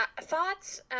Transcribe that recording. thoughts